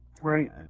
Right